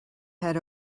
head